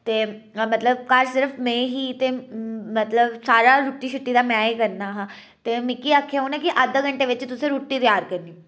ते मतलब घर सिर्फ में ही ते मतलब सारा रुट्टी शुट्टी दा में गै करना हा ते मिकी आखेआ उ'नें कि अद्धे घंटे बिच तुसें रुट्टी त्यार करनी